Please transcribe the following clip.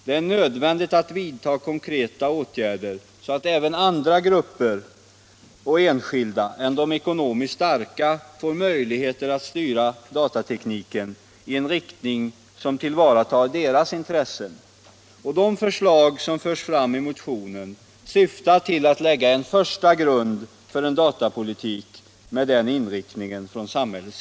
Det är nödvändigt att vidta konkreta åtgärder, så att även andra grupper och enskilda än de ekonomiskt starka får möjligheter att styra datatekniken i sådan riktning att deras intressen tillvaratas. De förslag som förs fram i motionen syftar till att lägga en första grund för en samhällelig datapolitik med den inriktningen.